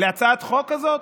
להצעת החוק הזאת?